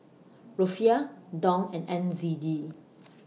Rufiyaa Dong and N Z D